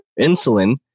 insulin